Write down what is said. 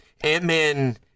Ant-Man